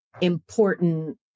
important